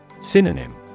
Synonym